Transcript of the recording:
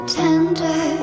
tender